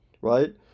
Right